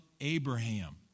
Abraham